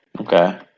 Okay